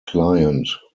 client